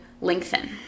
lengthen